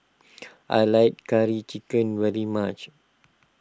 I like Curry Chicken very much